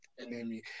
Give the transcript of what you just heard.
enemy